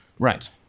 Right